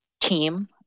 team